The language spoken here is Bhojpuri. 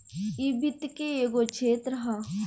इ वित्त के एगो क्षेत्र ह